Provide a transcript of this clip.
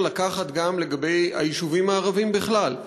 לקחת גם לגבי היישובים הערביים בכלל?